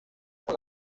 con